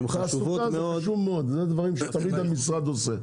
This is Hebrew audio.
תעסוקה זה חשוב מאוד, זה דברים שתמיד המשרד עושה.